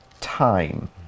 time